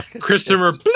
Christopher